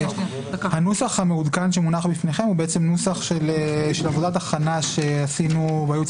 הנוסח המעודכן שמונח בפניכם הוא נוסח של עבודת הכנה שעשינו בייעוץ